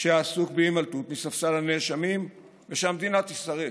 שעסוק בהימלטות מספסל הנאשמים, ושהמדינה תישרף.